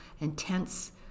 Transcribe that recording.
intense